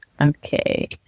Okay